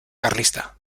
carlista